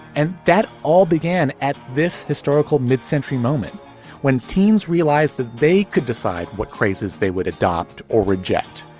and that all began at this historical mid-century moment when teens realized that they could decide what crazes they would adopt or reject,